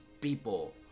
people